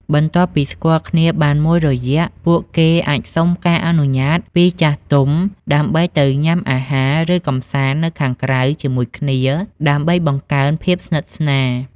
បន្ទាប់ពីស្គាល់គ្នាបានមួយរយៈ ពួកគេអាចសុំការអនុញ្ញាតពីចាស់ទុំដើម្បីទៅញ៉ាំអាហារ ឬកម្សាន្តនៅខាងក្រៅជាមួយគ្នា ដើម្បីបង្កើនភាពស្និទ្ធស្នាល។